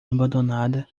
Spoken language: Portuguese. abandonada